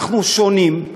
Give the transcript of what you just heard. אנחנו שונים.